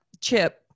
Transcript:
chip